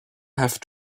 have